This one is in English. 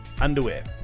underwear